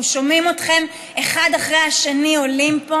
אנחנו שומעים אתכם אחד אחרי השני עולים פה